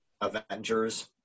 Avengers